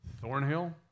Thornhill